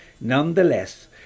Nonetheless